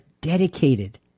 dedicated